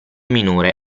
minore